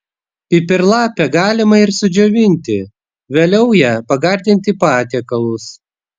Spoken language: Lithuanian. pipirlapę galima ir sudžiovinti vėliau ja pagardinti patiekalus